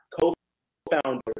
co-founder